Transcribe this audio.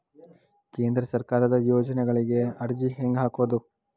ಕೇಂದ್ರ ಸರ್ಕಾರದ ಯೋಜನೆಗಳಿಗೆ ಅರ್ಜಿ ಹೆಂಗೆ ಹಾಕೋದು?